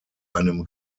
einem